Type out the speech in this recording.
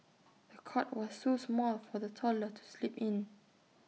the cot was too small for the toddler to sleep in